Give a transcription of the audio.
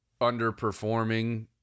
underperforming